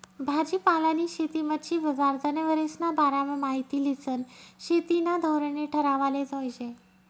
भाजीपालानी शेती, मच्छी बजार, जनावरेस्ना बारामा माहिती ल्हिसन शेतीना धोरणे ठरावाले जोयजे